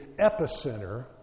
epicenter